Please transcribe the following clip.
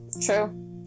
True